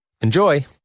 Enjoy